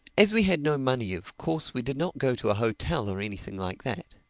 as we had no money of course we did not go to a hotel or anything like that.